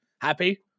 Happy